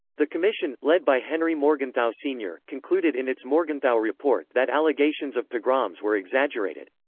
the commission, led by henry morgenthau, sr, concluded in its morgenthau report that allegations of pogroms were exaggerated.